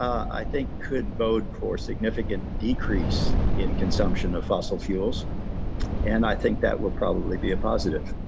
i think could bode for significant decrease in consumption of fossil fuels and i think that will probably be a positive